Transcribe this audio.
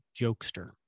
jokester